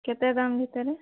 କେତେ ଦାମ୍ ଭିତରେ